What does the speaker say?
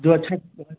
जो अच्छा